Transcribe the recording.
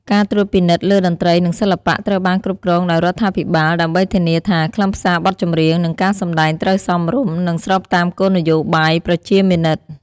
ការត្រួតពិនិត្យលើតន្ត្រី និងសិល្បៈ ត្រូវបានគ្រប់គ្រងដោយរដ្ឋាភិបាល ដើម្បីធានាថា ខ្លឹមសារបទចម្រៀង និងការសម្តែងត្រូវសមរម្យ និងស្របតាមគោលនយោបាយប្រជាមានិត។